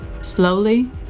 Slowly